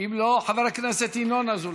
אם לא, חבר הכנסת ינון אזולאי.